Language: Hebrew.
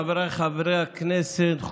חבריי חברי הכנסת,